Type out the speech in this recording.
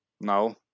No